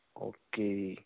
okay